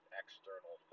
external